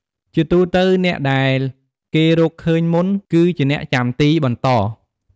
ជាទូទៅ អ្នកដែលគេរកឃើញមុន គឺជាអ្នកចាំទីបន្ត។